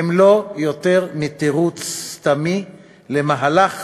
היא לא יותר מתירוץ סתמי למהלך